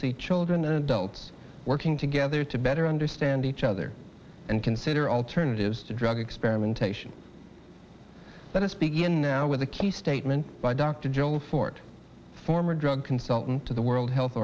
see children and adults working together to better understand each other and consider alternatives to drug experimentation let us begin now with a key statement by doctor joel forte former drug consultant to the world health